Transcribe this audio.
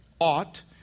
ought